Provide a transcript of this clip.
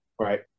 Right